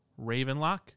Ravenlock